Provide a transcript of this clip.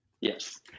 Yes